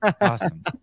Awesome